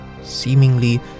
seemingly